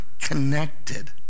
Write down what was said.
connected